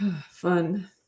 Fun